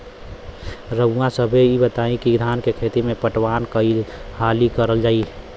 रउवा सभे इ बताईं की धान के खेती में पटवान कई हाली करल जाई?